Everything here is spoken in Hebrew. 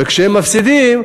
וכשהם מפסידים,